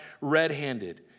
red-handed